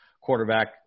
quarterback